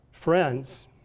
friends